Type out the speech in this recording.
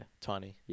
tiny